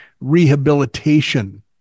rehabilitation